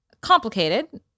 complicated